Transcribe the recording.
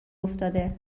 افتاده